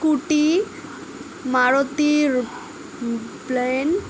scooty Maruti plane